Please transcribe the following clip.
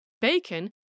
Bacon